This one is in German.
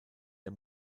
der